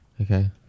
Okay